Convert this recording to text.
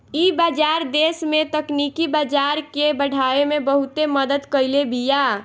इ बाजार देस में तकनीकी बाजार के बढ़ावे में बहुते मदद कईले बिया